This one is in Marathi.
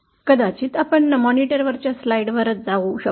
कदाचित आपण मॉनिटरवरच स्लाइड्सवर जाऊ शकतो